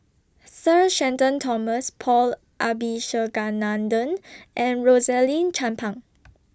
Sir Shenton Thomas Paul Abisheganaden and Rosaline Chan Pang